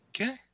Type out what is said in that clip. Okay